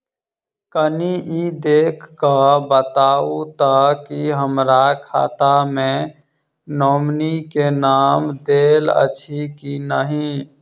कनि ई देख कऽ बताऊ तऽ की हमरा खाता मे नॉमनी केँ नाम देल अछि की नहि?